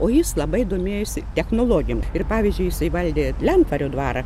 o jis labai domėjosi technologijom ir pavyzdžiui jisai valdė lentvario dvarą